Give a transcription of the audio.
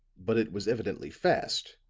but it was evidently fast,